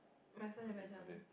my first impression